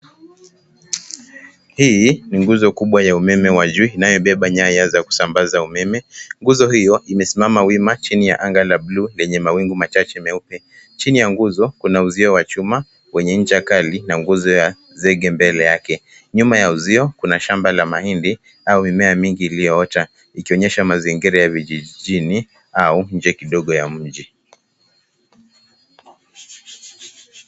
Hi ni nguzo kubwa ya umeme wa juu inayobeba nyaya za kusambaza umeme. Nguzo hio imesimama wima chini ya anga labuluu lenye mawingi machache meupe. Chini ya nguzo kuna uzio wa chuma wenye ncha kali na nguzo ya zege mbele yake. Mbele ya uzio kuna shamba la mahindi au mimea mimngi iliyoota ikionyesha mazingira ya vijijini au nje kidogo ya mji.